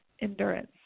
endurance